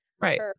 Right